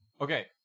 Okay